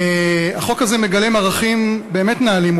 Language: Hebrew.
החוק הזה מגלם ערכים באמת נעלים,